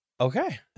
Okay